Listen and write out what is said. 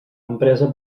empresa